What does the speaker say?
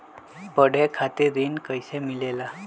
पढे खातीर ऋण कईसे मिले ला?